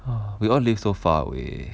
we all live so far away